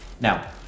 Now